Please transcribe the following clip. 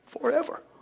forever